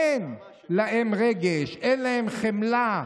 אין להם רגש, אין להם חמלה,